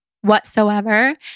Whatsoever